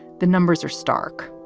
the numbers are stark.